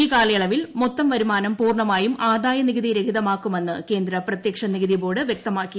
ഈ കാലയളവിൽ മൊത്തം വരുമാനം പൂർണ്ണമായും ആദായനികുതി രഹിതമാക്കുമെന്ന് കേന്ദ്രപ്രത്യക്ഷ നികുതിബോർഡ് വ്യക്തമാക്കി